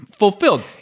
fulfilled